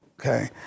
Okay